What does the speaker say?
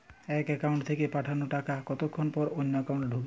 এক একাউন্ট থেকে পাঠানো টাকা কতক্ষন পর অন্য একাউন্টে ঢোকে?